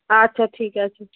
আচ্ছা ঠিক আছে